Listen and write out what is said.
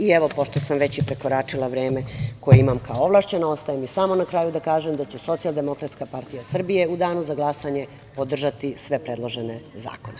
I, evo, pošto sam već prekoračila vreme koje imam kao ovlašćena, ostaje mi samo na kraju da kažem da će Socijaldemokratska partija Srbije u danu za glasanje podržati sve predložene zakone.